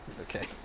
Okay